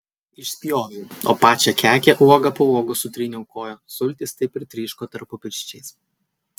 išspjoviau o pačią kekę uoga po uogos sutryniau koja sultys taip ir tryško tarpupirščiais